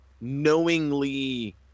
knowingly